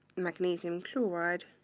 magnesium chloride,